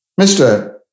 Mr